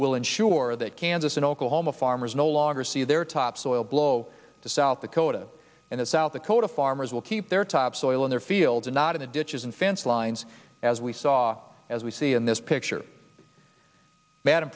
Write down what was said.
will ensure that kansas and oklahoma farmers no longer see their topsoil blow to south dakota and the south dakota farmers will keep their topsoil in their fields and not in a ditch in fence lines as we saw as we see in this picture madam